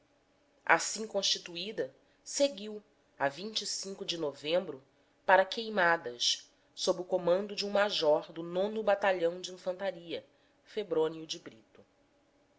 assim constituída seguiu a de novembro para queimadas sob o comando de um major do o atalhão de infantaria febrônio de brito